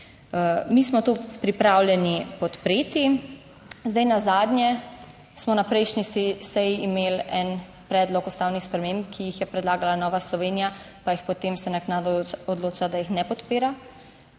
Mi smo to pripravljeni podpreti. Zdaj nazadnje smo na prejšnji seji imeli en predlog ustavnih sprememb, ki jih je predlagala Nova Slovenija, pa jih potem se naknadno odloča, da jih ne podpira.